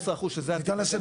מעניין.